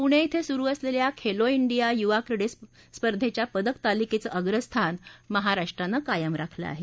पुणे कें सुरु असलेल्या खेलो डिया युवा क्रीडा स्पर्धेच्या पदकतालिकेचं अप्रस्थान महाराष्ट्रानं कायम राखलं आहे